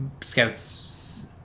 Scouts